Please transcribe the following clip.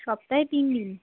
সপ্তাহে তিন দিন